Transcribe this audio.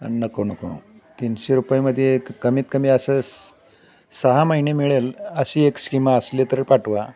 आणि नको नको तीनशे रुपयेमध्ये एक कमीत कमी असं स् सहा महिने मिळेल अशी एक स्कीम असली तरी पाठवा